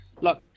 look